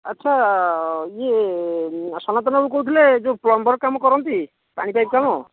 ଆଚ୍ଛା ଇଏ ସନାତନ ବାବୁ କହୁଥିଲେ ଯେଉଁ ପ୍ଲମ୍ବର କାମ କରନ୍ତି ପାଣି ପାଇପ୍ କାମ